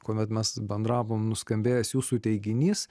kuomet mes bendravom nuskambėjęs jūsų teiginys